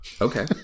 Okay